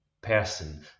person